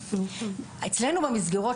אצלנו במסגרות,